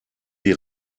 die